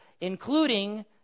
including